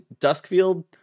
Duskfield